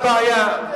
בעיה.